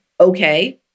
Okay